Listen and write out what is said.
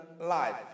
life